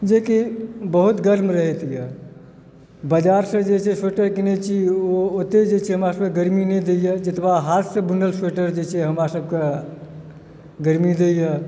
जे कि बहुत्त गर्म रहैत यए बाजारसँ जे छै स्वेटर कीनैत छी ओ ओतेक जे छै हमरासभके गर्मी नहि दैए जतबा हाथसँ बुनल स्वेटर जे छै हमरासभके गर्मी दैए